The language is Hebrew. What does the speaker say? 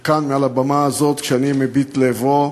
ומכאן, מעל הבמה הזאת, כשאני מביט לעברו,